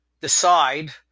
decide –